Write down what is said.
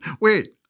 Wait